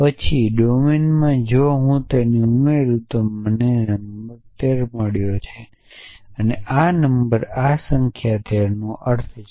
પછી ડોમેનમાં જો હું તેને ઉમેરું છું મારે ૧3 નંબર મેળવ્યો છે અને આ શબ્દ આ સંખ્યા ૧3 નો અર્થ છે